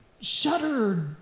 shuddered